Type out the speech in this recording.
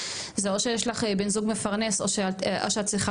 זה או שיש לך בן זוג מפרנס או שאת צריכה